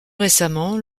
récemment